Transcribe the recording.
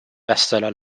bestseller